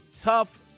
tough